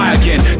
again